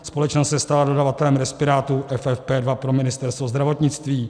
Společnost se stala dodavatelem respirátorů FFP2 pro Ministerstvo zdravotnictví.